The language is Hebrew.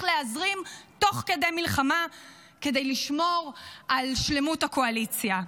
להזרים תוך כדי מלחמה כדי לשמור על שלמות הקואליציה,